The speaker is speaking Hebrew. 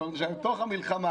בתוך המלחמה,